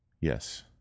Yes